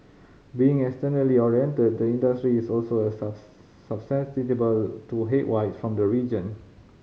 being externally oriented the industry is also a to headwinds from the region